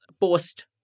post